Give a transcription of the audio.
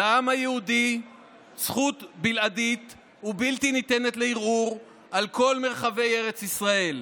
"לעם היהודי זכות בלעדית ובלתי ניתנת לערעור על כל מרחבי ארץ ישראל.